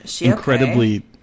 incredibly